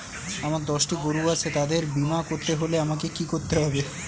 আমার দশটি গরু আছে তাদের বীমা করতে হলে আমাকে কি করতে হবে?